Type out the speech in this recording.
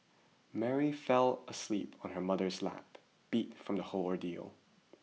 Mary fell asleep on her mother's lap beat from the whole ordeal